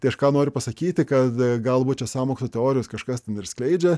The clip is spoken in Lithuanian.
tai aš ką noriu pasakyti kad galbūt čia sąmokslo teorijos kažkas ten ir skleidžia